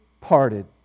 parted